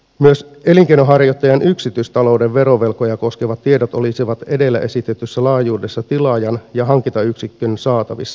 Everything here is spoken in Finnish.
myös elinkeinonharjoittajan yksityistalouden verovelkoja koskevat tiedot olisivat edellä esitetyssä laajuudessa tilaajan ja hankintayksikön saatavissa